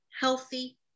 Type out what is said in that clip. healthy